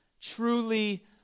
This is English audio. truly